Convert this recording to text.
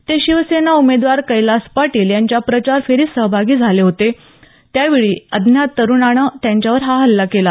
ते शिवसेना उमेदवार कैलास पाटील यांच्या प्रचारफेरीत सहभागी झाले होते त्यावेळी एका अज्ञात तरुणानं त्यांच्यावर हा हल्ला केला